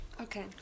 Okay